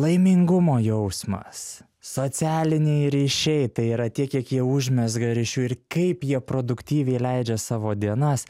laimingumo jausmas socialiniai ryšiai tai yra tiek kiek jie užmezga ryšių ir kaip jie produktyviai leidžia savo dienas